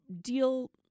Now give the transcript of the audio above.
deal